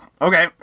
okay